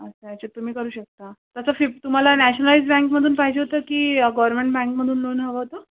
अच्छा अच्छा तुम्ही करू शकता त्याचं फिफ तुम्हाला नॅशनलाईज बँकमधून पाहिजे होतं की गोरमेन्ट बँकमधून लोन हवं होतं